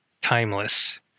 timeless